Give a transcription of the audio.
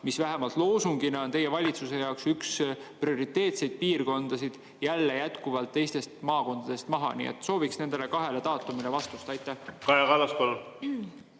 mis vähemalt loosungina on teie valitsuse jaoks üks prioriteetseid piirkondasid, jälle teistest maakondadest maha. Nii et sooviks nende kahe daatumi kohta vastust. Aitäh,